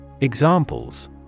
Examples